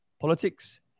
politics